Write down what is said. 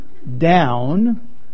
Down